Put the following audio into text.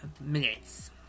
minutes